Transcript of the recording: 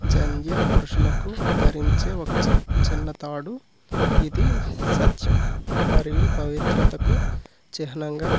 జంధ్యం పురుషులకు ధరించే ఒక చి చిన్న తాడు ఇది సత్యం మరియు పవిత్రతకు చిహ్నంగా